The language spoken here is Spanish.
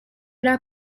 era